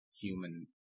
human